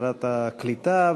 שרת הקליטה,